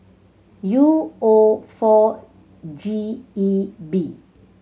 U O four G E B